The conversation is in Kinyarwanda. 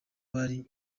bari